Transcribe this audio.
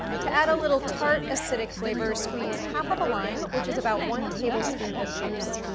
to add a little tart acidic flavor, squeeze half of a lime, which is about one tablespoon of juice.